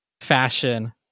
fashion